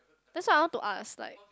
that's what I want to ask like